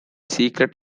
secret